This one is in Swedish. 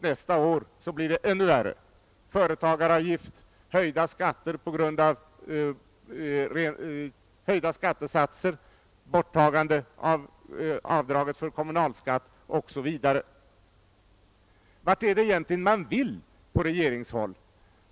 Nästa år blir det ännu värre: företagaravgift, höjda skattesatser, borttagande av avdraget för kommunalskatt osv. Vad är det man egentligen vill på regeringshåll?